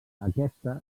aquesta